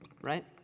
right